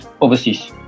overseas